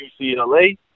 UCLA